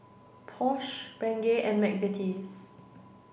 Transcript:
Porsche Bengay and McVitie's